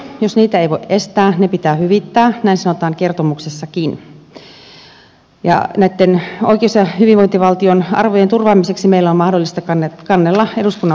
jos niitä ei voi estää ne pitää hyvittää näin sanotaan kertomuksessakin ja näitten oikeus ja hyvinvointivaltion arvojen turvaamiseksi meillä on mahdollista kannella eduskunnan oikeusasiamiehelle